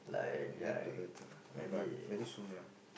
have the urge lah but very soon lah